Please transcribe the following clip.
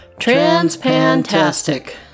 Transpantastic